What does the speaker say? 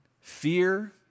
fear